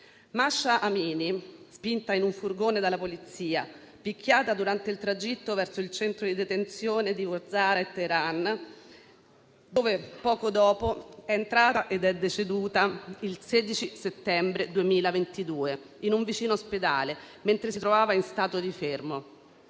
Mahsa Amini, spinta in un furgone dalla polizia, picchiata durante il tragitto verso il centro di detenzione di Vozara, a Teheran, dove poco dopo è entrata, è deceduta il 16 settembre 2022, in un vicino ospedale, mentre si trovava in stato di fermo.